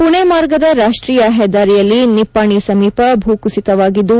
ಪುಣೆ ಮಾರ್ಗದ ರಾಷ್ಟೀಯ ಹೆದ್ದಾರಿಯಲ್ಲಿ ನಿಪ್ಪಾಣಿ ಸಮೀಪ ಭೂ ಕುಸಿತವಾಗಿದ್ದು